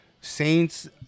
Saints –